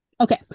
Okay